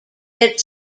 that